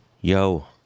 Yo